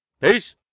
Peace